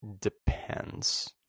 depends